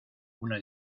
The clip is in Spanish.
una